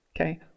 Okay